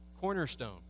cornerstone